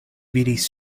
vidis